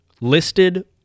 listed